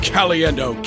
Caliendo